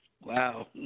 Wow